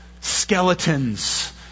skeletons